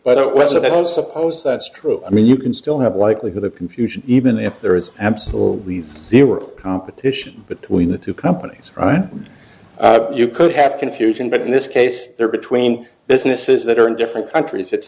don't suppose that's true i mean you can still have likelihood of confusion even if there is absolutely zero competition between the two companies right you could have confusion but in this case they're between businesses that are in different countries it's